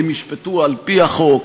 הם ישפטו על-פי החוק,